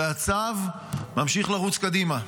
והצב ממשיך לרוץ קדימה.